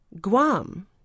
Guam